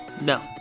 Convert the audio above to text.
No